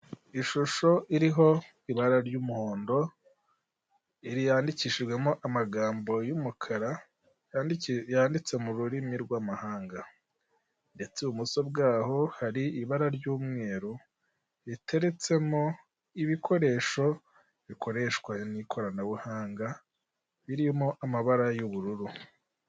Isoko rinini. Hakaba harimo ibicuruzwa bigiye bitandukanye bibitswe mu tubati. Bimwe muri ibyo bicuruzwa harimo imiti y'ibirahure y'ubwoko butandukanye; ndetse hakabamo n'amasabune y'amazi. Iri duka rikaba rifite amatara yaka umweru.